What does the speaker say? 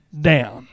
down